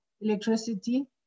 electricity